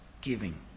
giving